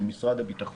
של משרד הביטחון,